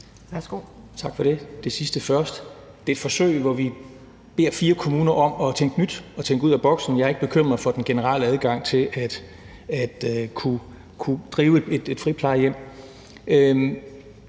for det. Lad mig tage det sidste først. Det er et forsøg, hvor vi beder kommunerne om at tænke nyt og tænke ud af boksen. Jeg er ikke bekymret for den generelle adgang til at kunne drive et friplejehjem.